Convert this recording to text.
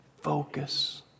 Focus